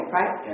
right